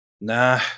nah